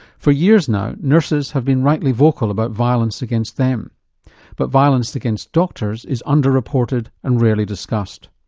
for years now, nurses have been rightly vocal about violence against them but violence against doctors is under-reported and rarely discussed.